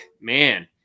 man